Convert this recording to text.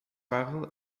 survival